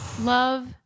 love